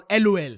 LOL